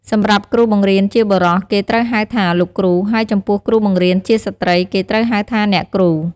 សម្រាប់គ្រូបង្រៀនជាបុរស គេត្រូវហៅថា "លោកគ្រូ" ហើយចំពោះគ្រូបង្រៀនជាស្ត្រី គេត្រូវហៅថា "អ្នកគ្រូ" ។